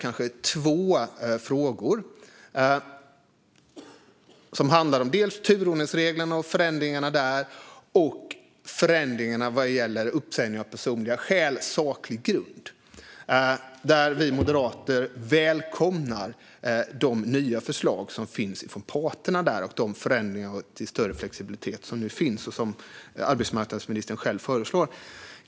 Det handlar dels om turordningsreglerna och förändringarna där, dels förändringarna vad gäller uppsägning av personliga skäl, saklig grund. Vi moderater välkomnar de nya förslag som finns från parterna om en större flexibilitet och som arbetsmarknadsministern själv föreslår.